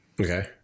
Okay